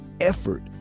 effort